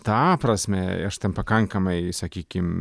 ta prasme aš ten pakankamai sakykim